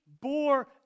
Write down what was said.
bore